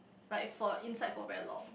like for inside for very long